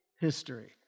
history